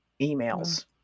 emails